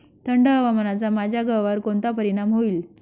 थंड हवामानाचा माझ्या गव्हावर कोणता परिणाम होईल?